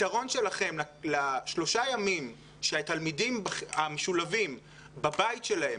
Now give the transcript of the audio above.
הפתרון שלכם לשלושה ימים שהתלמידים המשולבים בבית שלהם,